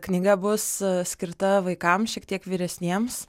knyga bus skirta vaikam šiek tiek vyresniems